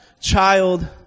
child